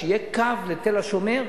שיהיה קו ל"תל-השומר"